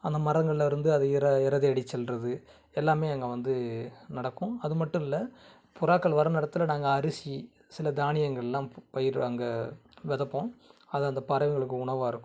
அந்த மரங்கள்லேருந்து அது இரை இரை தேடிச்சென்றது எல்லாமே அங்கே வந்து நடக்கும் அது மட்டும் இல்லை புறாக்கள் வரும் நேரத்தில் நாங்கள் அரிசி சின்ன தானியங்களெல்லாம் பயிர் அங்கே விதப்போம் அது அந்த பறவைகளுக்கு உணவாக இருக்கும்